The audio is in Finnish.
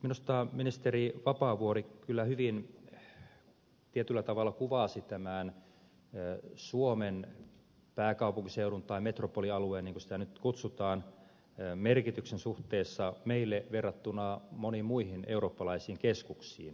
minusta ministeri vapaavuori kyllä tietyllä tavalla kuvasi hyvin suomen pääkaupunkiseudun tai metropolialueen niin kuin sitä nyt kutsutaan suhteellisen merkityksen meille verrattuna moniin muihin eurooppalaisiin keskuksiin